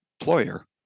employer